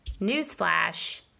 Newsflash